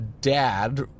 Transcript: dad